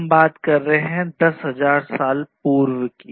हम बातें कर रहे हैं 10000 साल पूर्व की